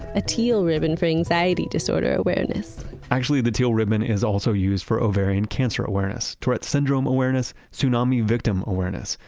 a teal ribbon for anxiety disorder awareness actually, the teal ribbon is also used for ovarian cancer awareness, tourette's syndrome awareness, tsunami victim awareness.